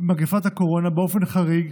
מגפת הקורונה באופן חריג,